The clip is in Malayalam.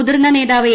മുതിർന്ന നേതാവ് എ